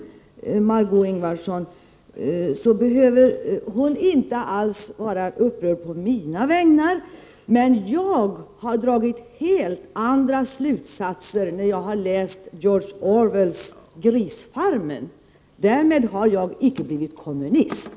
Jag har dragit helt andra slutsatser när jag har läst George Orwells Djurfarmen. Därmed har jag inte blivit kommunist.